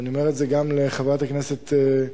ואני אומר את זה גם לחברת הכנסת חוטובלי,